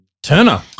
Turner